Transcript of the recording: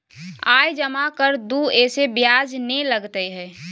आय जमा कर दू ऐसे ब्याज ने लगतै है?